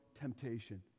temptation